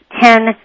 Ten